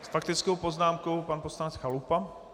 S faktickou poznámkou pan poslanec Chalupa.